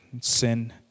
Sin